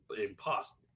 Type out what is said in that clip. impossible